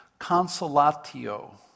consolatio